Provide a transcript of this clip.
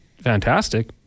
fantastic